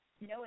No